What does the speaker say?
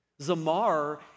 Zamar